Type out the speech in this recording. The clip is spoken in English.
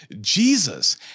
Jesus